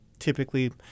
typically